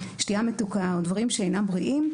שתייה מתוקה או דברים שאינם בריאים.